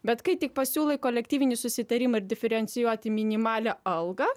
bet kai tik pasiūlai kolektyvinį susitarimą ir diferencijuoti minimalią algą